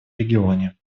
регионе